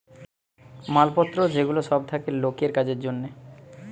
মাল পত্র যে গুলা সব থাকে লোকের কাজের জন্যে